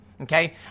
okay